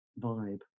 vibe